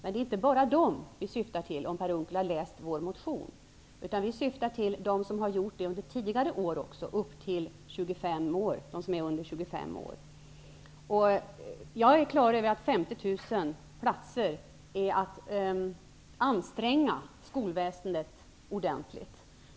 Det är inte bara dessa som vi syftar på i vår motion -- har inte Per Unckel läst vår motion? -- utan vi syftar också på dem som gått utbildningen under tidigare år och som nu är under 25 år. Jag är på det klara med att det är en stor ansträngning för skolväsendet att bereda 50 000 nya platser.